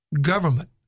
government